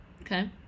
Okay